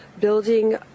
building